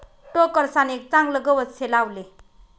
टोकरसान एक चागलं गवत से लावले